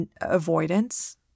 avoidance